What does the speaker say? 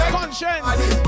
Conscience